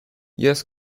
yes